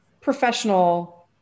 professional